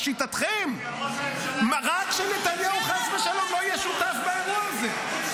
לשיטתכם רק שנתניהו חס ושלום לא יהיה שותף באירוע הזה,